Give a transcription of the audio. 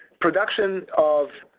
production of